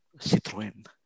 Citroën